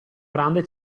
grande